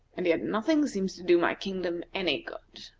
and yet nothing seems to do my kingdom any good.